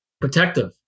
protective